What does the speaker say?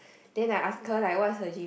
then I ask her like what's her G